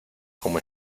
como